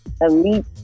elite